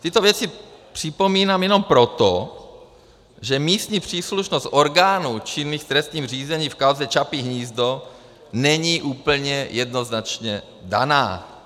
Tyto věci připomínám jenom proto, že místní příslušnost orgánů činných v trestním řízení v kauze Čapí hnízdo není úplně jednoznačně daná.